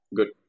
Good